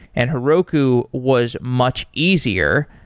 and heroku was much easier.